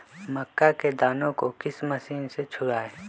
मक्का के दानो को किस मशीन से छुड़ाए?